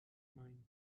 mind